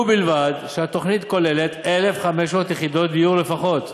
ובלבד שנכללות בה 1,500 יחידות דיור לפחות.